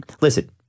Listen